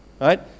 right